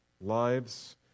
lives